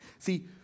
See